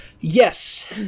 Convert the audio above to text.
Yes